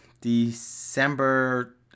December